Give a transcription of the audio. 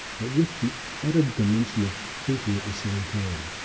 but with the added dimension of thinking at the same time,